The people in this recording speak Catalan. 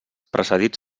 precedits